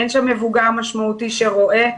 אין שם מבוגר משמעותי שרואה,